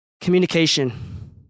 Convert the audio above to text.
communication